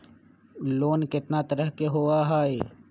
Loan केतना तरह के होअ हई?